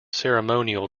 ceremonial